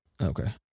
okay